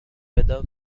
whether